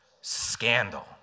Scandal